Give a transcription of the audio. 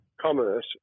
commerce